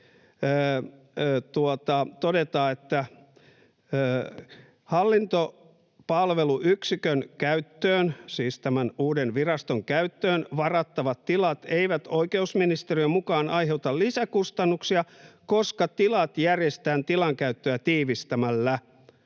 todetaan, että hallintopalveluyksikön, siis tämän uuden viraston, käyttöön varattavat tilat eivät oikeusministeriön mukaan aiheuta lisäkustannuksia, koska tilat järjestään tilankäyttöä tiivistämällä.